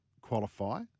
qualify